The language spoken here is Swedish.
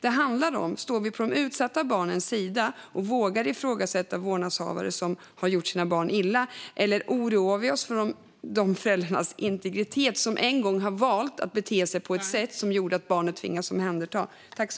Det handlar om huruvida vi står på de utsatta barnens sida och vågar ifrågasätta vårdnadshavare som har gjort sina barn illa, eller om vi oroar oss för föräldrarnas integritet som en gång har valt att bete sig på ett sätt som har gjort att barnet tvingas att omhändertas.